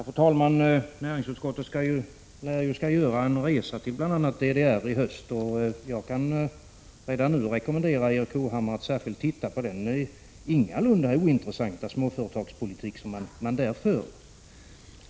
Fru talman! Näringsutskottet lär göra en resa till bl.a. DDR i höst, och jag kan redan nu rekommendera Erik Hovhammar att då särskilt titta på den ingalunda ointressanta småföretagspolitik som där förs.